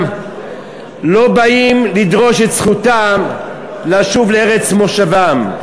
לא באים לדרוש את זכותם לשוב לארץ מושבם.